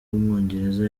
w’umwongereza